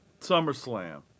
SummerSlam